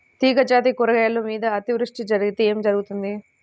తీగజాతి కూరగాయల మీద అతివృష్టి జరిగితే ఏమి జరుగుతుంది?